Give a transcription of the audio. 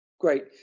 great